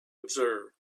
observed